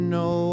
no